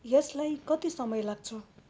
यसलाई कति समय लाग्छ